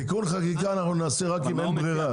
תיקון חקיקה אנחנו נעשה רק אם אין ברירה.